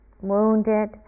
wounded